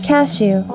Cashew